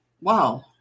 Wow